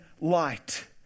light